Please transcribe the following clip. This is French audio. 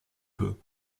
peu